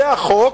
זה החוק,